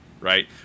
right